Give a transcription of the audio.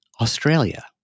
Australia